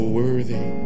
worthy